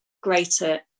greater